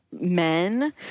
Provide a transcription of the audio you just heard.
men